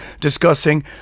discussing